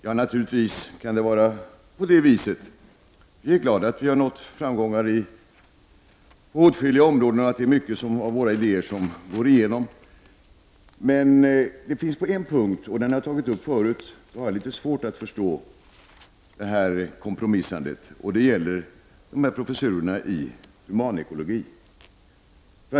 Ja, det kan naturligtvis vara på det sättet; framgångar har nåtts på åtskilliga områden och många av våra idéer har gått igenom. Men på en punkt, som jag har tagit upp förut, har jag litet svårt att förstå detta kompromissande, och det gäller professurerna i humanekologi.